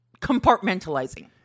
compartmentalizing